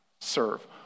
serve